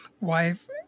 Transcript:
wife